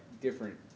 different